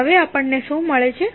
હવે આપણને શું મળે છે